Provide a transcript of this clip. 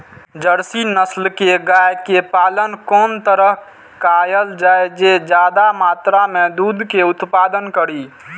Jersey नस्ल के गाय के पालन कोन तरह कायल जाय जे ज्यादा मात्रा में दूध के उत्पादन करी?